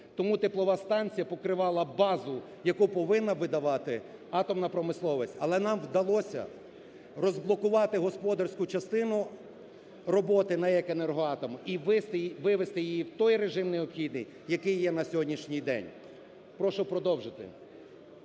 Тому теплова станція покривала базу, яку повинна видавати атомна промисловість. Але нам вдалося розблокувати господарську частину роботи НАЕК "Енергоатом" і вивести її в той режим необхідний, який є на сьогоднішній день. Прошу продовжити.